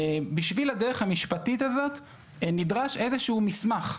בשביל הדרך המשפטית הזאת נדרש איזשהו מסמך.